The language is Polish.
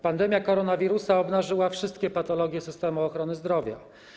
Pandemia koronawirusa obnażyła wszystkie patologie systemu ochrony zdrowia.